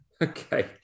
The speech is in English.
Okay